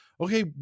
Okay